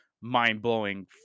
mind-blowing